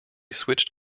switched